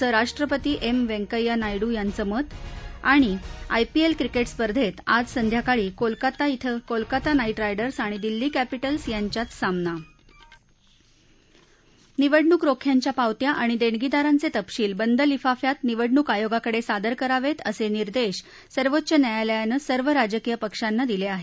उपराष्ट्रपती एम वैंकय्या नायडू यांचं मत आयपीएल क्रिकेट स्पर्धेत आज संध्याकाळी कोलकाता िंग कोलकाता नाईट रायडर्स आणि दिल्ली कॅपिटल्स यांच्यात सामना निवडणूक रोख्यांच्या पावत्या आणि देणगीदारांचे तपशील बंद लिफाफ्यात निवडणूक आयोगाकडे सादर करावेत असे निर्देश सर्वोच्च न्यायालयाने सर्व राजकीय पक्षांना दिले आहेत